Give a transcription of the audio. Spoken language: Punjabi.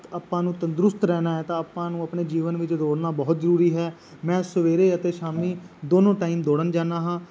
ਆਪਾਂ ਨੂੰ ਤੰਦਰੁਸਤ ਰਹਿਣਾ ਹੈ ਤਾਂ ਆਪਾਂ ਨੂੰ ਆਪਣੇ ਜੀਵਨ ਵਿੱਚ ਦੌੜਨਾ ਬਹੁਤ ਜ਼ਰੂਰੀ ਹੈ ਮੈਂ ਸਵੇਰੇ ਅਤੇ ਸ਼ਾਮ ਦੋਨੋਂ ਟਾਈਮ ਦੋੜਨ ਜਾਂਦਾ ਹਾਂ